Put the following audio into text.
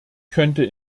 könnte